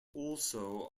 also